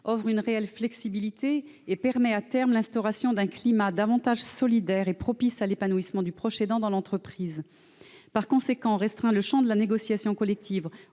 offre une réelle flexibilité et permet, à terme, l'instauration d'un climat plus solidaire et plus propice à l'épanouissement du proche aidant dans l'entreprise. Par conséquent, restreindre le champ de la négociation collective